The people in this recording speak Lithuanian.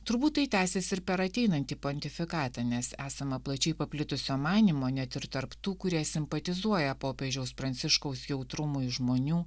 turbūt tai tęsis ir per ateinantį pontifikatą nes esama plačiai paplitusio manymo net ir tarp tų kurie simpatizuoja popiežiaus pranciškaus jautrumui žmonių